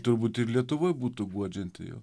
turbūt ir lietuvoje būtų guodžianti